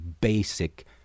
basic